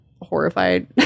horrified